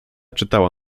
czytała